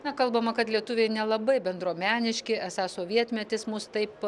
na kalbama kad lietuviai nelabai bendruomeniški esą sovietmetis mus taip